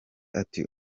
ati